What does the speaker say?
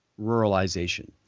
ruralization